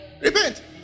repent